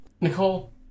Nicole